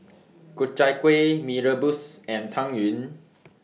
Ku Chai Kuih Mee Rebus and Tang Yuen